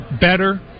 better